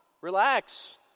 Relax